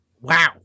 wow